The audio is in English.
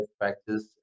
practice